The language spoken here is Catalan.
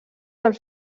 del